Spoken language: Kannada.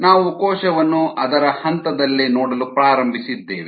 ನಾವು ಕೋಶವನ್ನು ಅದರ ಹಂತದಲ್ಲೇ ನೋಡಲು ಪ್ರಾರಂಭಿಸಿದ್ದೇವೆ